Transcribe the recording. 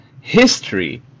history